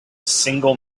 single